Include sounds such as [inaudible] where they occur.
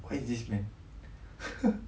what is this man [laughs]